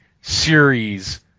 series